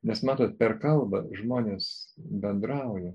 nes matot per kalbą žmonės bendrauja